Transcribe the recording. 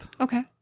okay